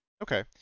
Okay